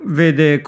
vede